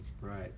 Right